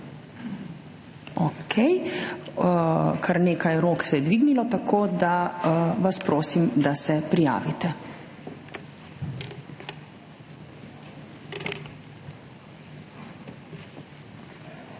Okej, kar nekaj rok se je dvignilo. Tako da, vas prosim, da se prijavite.